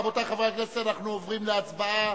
רבותי חברי הכנסת, אנחנו עוברים להצבעה.